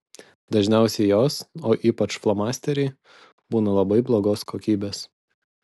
dažniausiai jos o ypač flomasteriai būna labai blogos kokybės